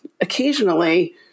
occasionally